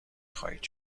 خواهید